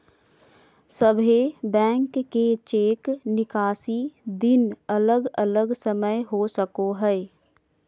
सभे बैंक के चेक निकासी दिन अलग अलग समय हो सको हय